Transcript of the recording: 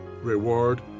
reward